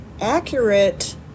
accurate